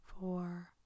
four